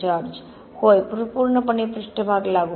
George होय पूर्णपणे पृष्ठभाग लागू